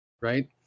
right